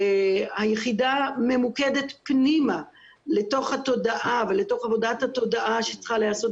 היחידה ממוקדת פנימה לתוך התודעה ולתוך עבודת התודעה שצריכה להיעשות